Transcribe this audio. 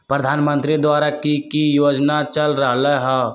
प्रधानमंत्री द्वारा की की योजना चल रहलई ह?